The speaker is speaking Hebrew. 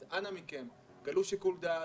אז אנא מכם, גלו שיקול דעת,